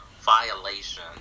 violation